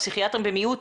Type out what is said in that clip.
פסיכיאטרים במיעוט,